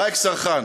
ראיק סרחאן,